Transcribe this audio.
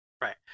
Right